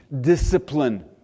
discipline